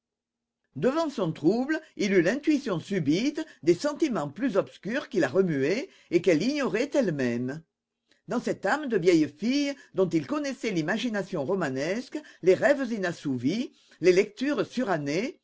devant son trouble il eut l'intuition subite des sentiments plus obscurs qui la remuaient et qu'elle ignorait elle-même dans cette âme de vieille fille dont il connaissait l'imagination romanesque les rêves inassouvis les lectures surannées